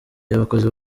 y’abakozi